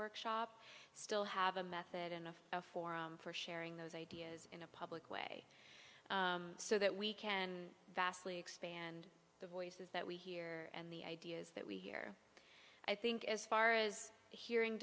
workshop still have a method and a forum for sharing those ideas in a public way so that we can vastly expand the voices that we hear and the ideas that we hear i think as far as hearing